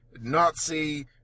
Nazi